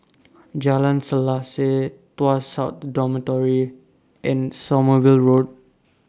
Jalan Selaseh Tuas South Dormitory and Sommerville Road